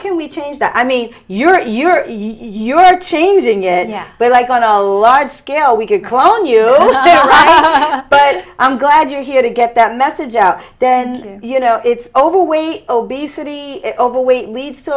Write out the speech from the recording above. can we change that i mean you're you're you're changing yeah but like on a large scale we could call on you but i'm glad you're here to get that message out then you know it's overweight obesity overweight lead